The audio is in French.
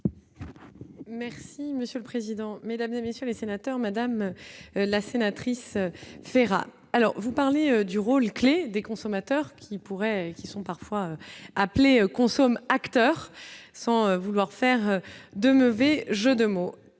Merci monsieur le président, Mesdames et messieurs les sénateurs, Madame la sénatrice, fait rare. Alors vous parlez du rôle clé des consommateurs qui pourrait, qui sont parfois appelés consom'acteur sans vouloir faire de mauvais jeu de mots,